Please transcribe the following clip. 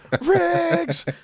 Riggs